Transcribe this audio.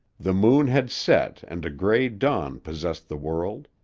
the moon had set and a gray dawn possessed the world.